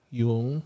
yung